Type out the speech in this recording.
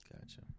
gotcha